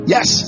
Yes